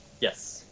Yes